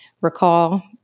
recall